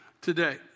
today